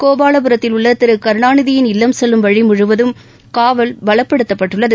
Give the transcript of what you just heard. கோபாலபுரத்தில் உள்ள திரு கருணாநிதியின் இல்லம் செல்லும் வழி முழுவதும் காவல் பலப்படுத்தப்பட்டுள்ளது